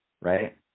right